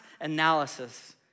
analysis